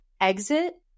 exit